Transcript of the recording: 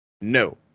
No